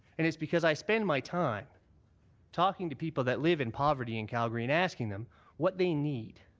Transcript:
and it's because i spend my time talking to people that live in poverty in calgary and asking them what they need.